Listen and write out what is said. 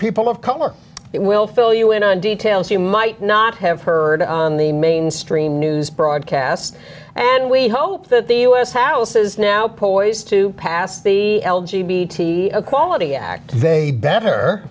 people of color it will fill you in on details you might not have heard on the mainstream news broadcast and we hope that the u s house is now poised to pass the l g b t equality act they better